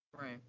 Right